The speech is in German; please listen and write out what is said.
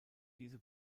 diese